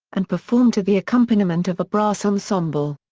and perform to the accompaniment of a brass ensemble.